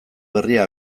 berria